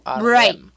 Right